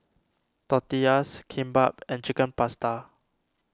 Tortillas Kimbap and Chicken Pasta